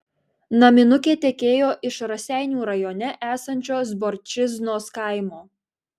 naminukė tekėjo iš raseinių rajone esančio zborčiznos kaimo